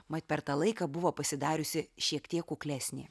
mat per tą laiką buvo pasidariusi šiek tiek kuklesnė